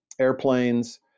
airplanes